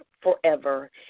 forever